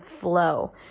flow